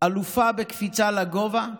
אלופה בקפיצה לגובה,